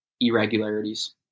irregularities